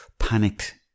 panicked